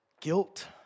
Guilt